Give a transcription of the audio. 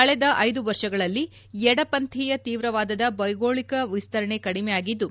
ಕಳೆದ ಐದು ವರ್ಷಗಳಲ್ಲಿ ಎಡಪಂಥೀಯ ತೀವ್ರವಾದದ ಭೌಗೋಳಿಕ ವಿಸ್ತರಣೆ ಕಡಿಮೆಯಾಗಿದ್ದು